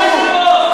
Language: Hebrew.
החוקה,